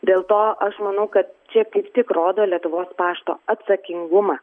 dėl to aš manau kad čia taip tik rodo lietuvos pašto atsakingumą